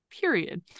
Period